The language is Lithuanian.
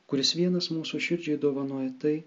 kuris vienas mūsų širdžiai dovanoja tai